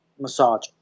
massage